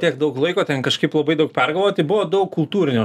tiek daug laiko ten kažkaip labai daug pergalvoti buvo daug kultūrinio